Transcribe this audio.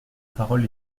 parole